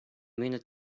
minute